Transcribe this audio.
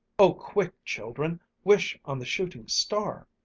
oh, quick, children, wish on the shooting star.